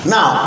Now